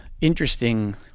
interesting